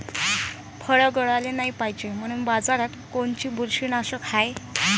फळं गळाले नाही पायजे म्हनून बाजारात कोनचं बुरशीनाशक हाय?